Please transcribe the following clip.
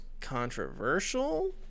controversial